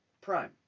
prime